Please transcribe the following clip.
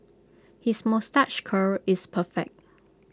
his moustache curl is perfect